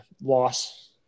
loss